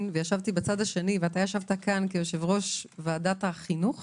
וישבתי בצד השני ואתה ישבת כאן כיושב-ראש ועדת החינוך